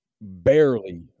barely